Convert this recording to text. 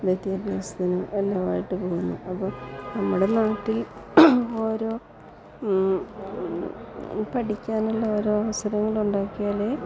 വിദ്യാഭ്യാസത്തിനും എല്ലാമായിട്ട് പോകുന്നു അപ്പോൾ നമ്മുടെ നാട്ടിൽ ഓരോ പഠിക്കാനുള്ള ഓരോ അവസരങ്ങൾ ഉണ്ടാക്കിയാലെ